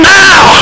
now